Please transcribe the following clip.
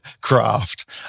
craft